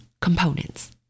components